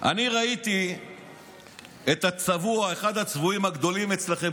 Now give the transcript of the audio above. אני ראיתי את אחד הצבועים הגדולים אצלכם.